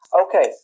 Okay